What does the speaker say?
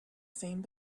same